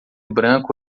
branco